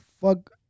Fuck